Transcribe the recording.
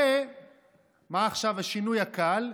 ומה עכשיו השינוי הקל?